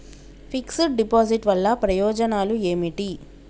Fix డ్ deposit వల్ల ప్రయోజనాలు ఏమిటి?